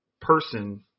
person